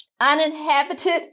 uninhabited